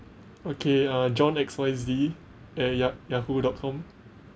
okay uh john x y z at ya~ yahoo dot com